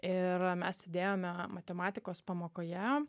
ir mes sėdėjome matematikos pamokoje